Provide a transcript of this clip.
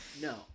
No